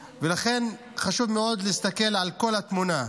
לכן, חשוב מאוד להסתכל על כל התמונה.